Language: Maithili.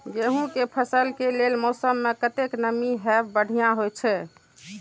गेंहू के फसल के लेल मौसम में कतेक नमी हैब बढ़िया होए छै?